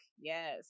Yes